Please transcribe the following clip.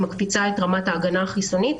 שמקפיצה את רמת ההגנה החיסונית,